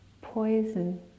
poison